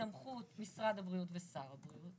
בסמכות משרד הבריאות ושר הבריאות